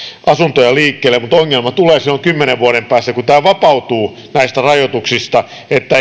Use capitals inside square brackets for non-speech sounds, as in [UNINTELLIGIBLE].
asuntoja liikkeelle mutta ongelma tulee silloin kymmenen vuoden päästä kun tämä vapautuu näistä rajoituksista niin että [UNINTELLIGIBLE]